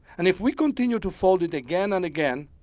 and if we continue to fold it again and again,